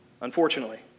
unfortunately